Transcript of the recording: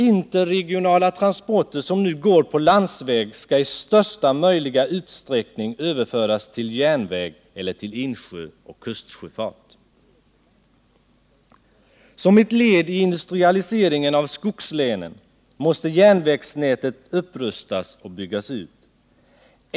Interregionala transporter som nu går på landsväg skall i största möjliga utsträckning överföras till järnväg eller till insjöoch kustsjöfart. Som ett led i industrialiseringen av skogslänen måste järnvägsnätet upprustas och byggas ut.